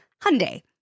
Hyundai